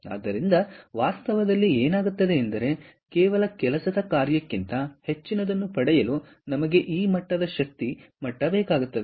ಆದ್ದರಿಂದ ವಾಸ್ತವದಲ್ಲಿ ಏನಾಗುತ್ತದೆ ಎಂದರೆ ಕೇವಲ ಕೆಲಸದ ಕಾರ್ಯಕ್ಕಿಂತ ಹೆಚ್ಚಿನದನ್ನು ಪಡೆಯಲು ನಮಗೆ ಈ ಮಟ್ಟದ ಶಕ್ತಿಯ ಮಟ್ಟ ಬೇಕಾಗುತ್ತದೆ